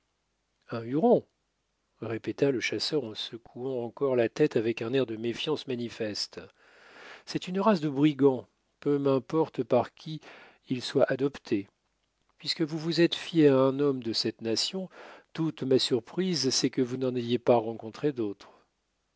un huron répéta le chasseur en secouant encore la tête avec un air de méfiance manifeste c'est une race de brigands peu m'importe par qui ils soient adoptés puisque vous vous êtes fiés à un homme de cette nation toute ma surprise c'est que vous n'en ayez pas rencontré d'autres